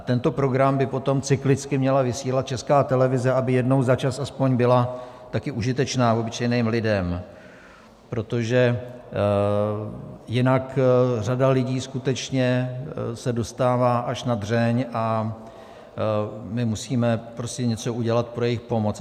Tento program by potom cyklicky měla vysílat Česká televize, aby jednou za čas aspoň byla taky užitečná obyčejným lidem, protože jinak řada lidí skutečně se dostává až na dřeň a my musíme prostě něco udělat pro jejich pomoc.